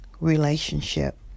relationship